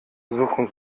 suchen